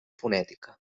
fonètica